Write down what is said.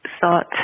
thought